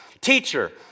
Teacher